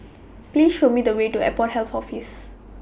Please Show Me The Way to Airport Health Office